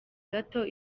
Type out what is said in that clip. gato